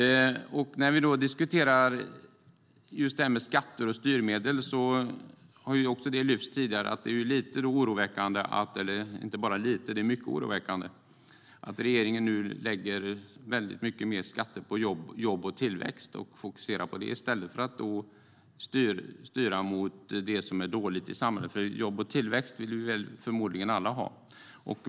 När vi diskuterar skatter och styrmedel har det tidigare lyfts fram att det är mycket oroväckande att regeringen nu lägger mycket mer skatter på jobb och tillväxt och fokuserar på detta i stället för att styra mot det som är dåligt i samhället. Jobb och tillväxt vill vi förmodligen alla ha.